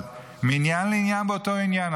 מעניין לעניין באותו עניין,